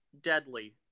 deadly